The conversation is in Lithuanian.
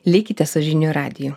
likite su žinių radiju